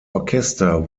orchester